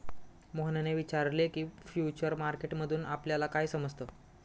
मोहनने विचारले की, फ्युचर मार्केट मधून आपल्याला काय समजतं?